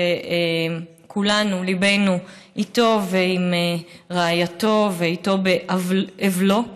שכולנו, ליבנו איתו על רעייתו, איתו באבלו,